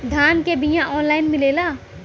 धान के बिया ऑनलाइन मिलेला?